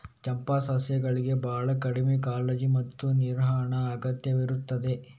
ಚಂಪಾ ಸಸ್ಯಗಳಿಗೆ ಬಹಳ ಕಡಿಮೆ ಕಾಳಜಿ ಮತ್ತು ನಿರ್ವಹಣೆ ಅಗತ್ಯವಿರುತ್ತದೆ